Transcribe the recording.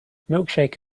milkshake